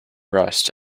rust